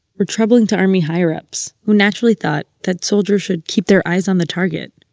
were troubling to army higher-ups, who naturally thought that soldiers should keep their eyes on the target.